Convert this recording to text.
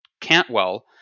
Cantwell